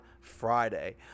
Friday